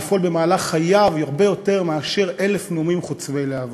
יפעל במהלך חייו הרבה יותר מאשר אלף נאומים חוצבי להבות.